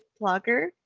blogger